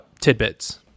tidbits